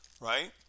right